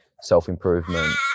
self-improvement